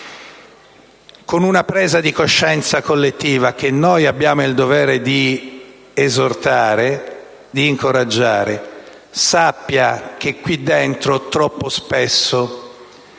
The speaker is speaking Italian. con una presa di coscienza collettiva, che noi abbiamo il dovere di esortare, di incoraggiare, sappia che qui dentro troppo spesso